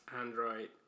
Android